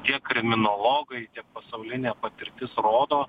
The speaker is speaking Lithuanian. tiek kriminologai pasaulinė patirtis rodo